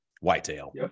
whitetail